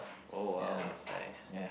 oh !wow! that's nice